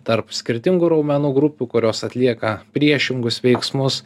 tarp skirtingų raumenų grupių kurios atlieka priešingus veiksmus